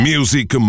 Music